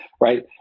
right